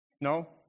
No